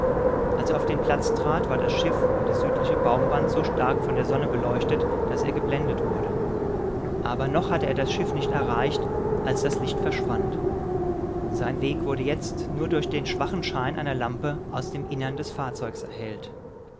als er auf den platz trat war das schiff und die südliche baumwand so stark von der sonne beleuchtet daß er geblendet wurde aber noch hatte er das schiff nicht erreicht als das licht verschwand sein weg wurde jetzt nur durch den schwachen schein einer lampe aus dem innern des fahrzeugs erhellt